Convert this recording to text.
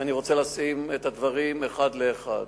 ואני רוצה לשים את הדברים אחד לאחד.